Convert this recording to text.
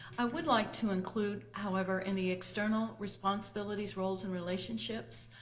i would like to include however in the external responsibilities, roles, and relationships,